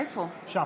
הוא שם.